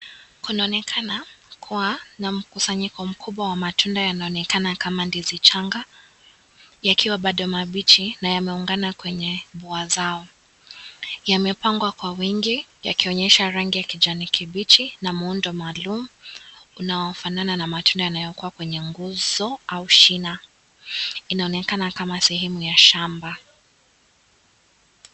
Kinaonekana kuwa na mkusanyiko mkubwa wa matunda yanaonekana kama ndizi changa, yakiwa bado mabichi na yameungana kwenye wazao, Yamepangwa kwa wingi, yakionyesha rangi ya kijani kibichi , na muundo maalum, unaofanana na matunda yaliyo kwenye nguzo, au shina. Inaonekana kama sehemu ya shamba.